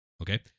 Okay